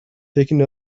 picking